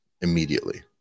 immediately